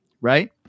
Right